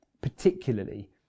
particularly